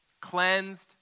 Cleansed